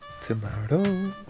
tomorrow